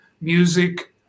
music